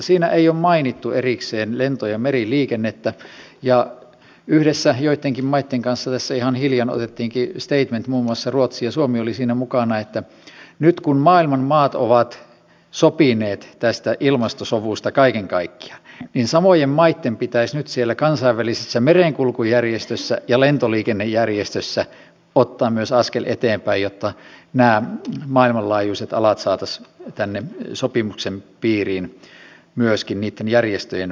siinä ei ole mainittu erikseen lento ja meriliikennettä ja yhdessä joittenkin maitten kanssa tässä ihan hiljan otettiinkin statement muun muassa ruotsi ja suomi olivat siinä mukana että nyt kun maailman maat ovat sopineet tästä ilmastosovusta kaiken kaikkiaan niin samojen maitten pitäisi nyt siellä kansainvälisissä merenkulkujärjestöissä ja lentoliikennejärjestöissä ottaa myös askel eteenpäin jotta nämä maailmanlaajuiset alat saataisiin tänne sopimuksen piiriin myöskin niitten järjestöjen päätöksillä